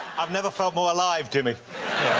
i've never felt more alive, jimmy.